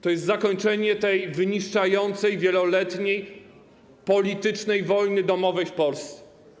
To jest zakończenie tej wyniszczającej, wieloletniej, politycznej wojny domowej w Polsce.